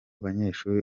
banyeshuri